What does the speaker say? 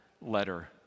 letter